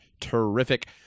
terrific